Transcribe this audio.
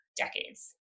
decades